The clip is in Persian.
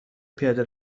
پیاده